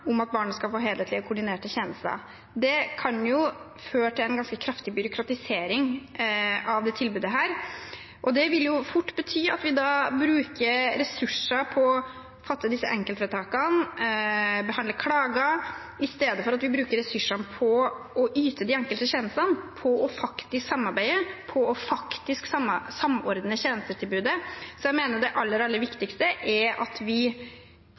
om at barnet skal få helhetlige og koordinerte tjenester. Det kan føre til en ganske kraftig byråkratisering av dette tilbudet, og det vil fort bety at vi bruker ressurser på å fatte enkeltvedtak og behandle klager i stedet for at vi bruker ressursene på å yte de enkelte tjenestene og på å samarbeide og samordne tjenestetilbudet. Så jeg mener det aller, aller viktigste er at vi